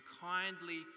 kindly